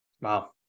Wow